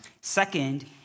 Second